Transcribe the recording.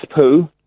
poo